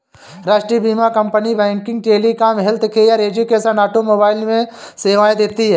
राष्ट्रीय बीमा company banking, telecom, healthcare, education, automobile में सेवाएं देती है